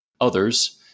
others